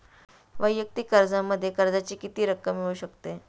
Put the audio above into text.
वैयक्तिक कर्जामध्ये कर्जाची किती रक्कम मिळू शकते?